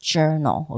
Journal 》